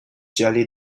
jelly